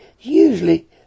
usually